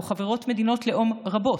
בזירה הבין-לאומית, שבה חברות מדינות לאום רבות,